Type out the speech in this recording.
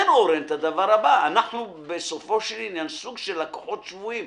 אומר אורן חזן את הדבר הבא: בסופו של דבר אנחנו סוג של לקוחות שבויים.